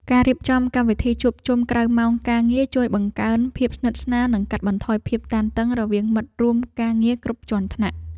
ការរៀបចំកម្មវិធីជួបជុំក្រៅម៉ោងការងារជួយបង្កើនភាពស្និទ្ធស្នាល និងកាត់បន្ថយភាពតានតឹងរវាងមិត្តរួមការងារគ្រប់ជាន់ថ្នាក់។